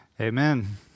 Amen